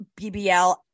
bbl